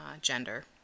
gender